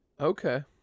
Okay